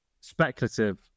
Speculative